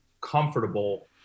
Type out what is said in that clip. comfortable